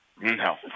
No